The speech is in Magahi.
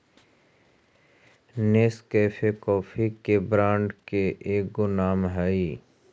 नेस्कैफे कॉफी के ब्रांड के एगो नाम हई